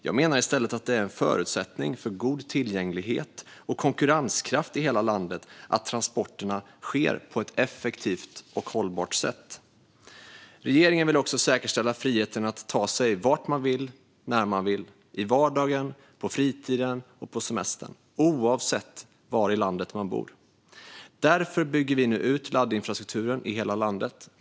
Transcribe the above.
Jag menar i stället att det är en förutsättning för god tillgänglighet och konkurrenskraft i hela landet att transporterna sker på ett effektivt och hållbart sätt. Regeringen vill också säkerställa friheten att ta sig vart man vill, när man vill - i vardagen, på fritiden och på semestern - oavsett var i landet man bor. Därför bygger vi nu ut laddinfrastrukturen i hela landet.